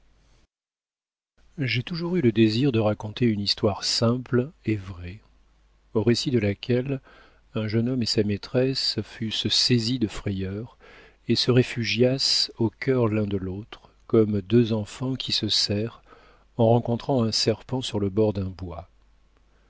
j'ai toujours eu le désir de raconter une histoire simple et vraie au récit de laquelle un jeune homme et sa maîtresse fussent saisis de frayeur et se réfugiassent au cœur l'un de l'autre comme deux enfants qui se serrent en rencontrant un serpent sur le bord d'un bois